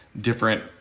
different